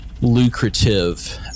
lucrative